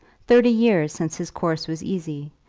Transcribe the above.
thirty years since his course was easy,